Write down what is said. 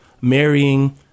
marrying